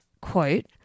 quote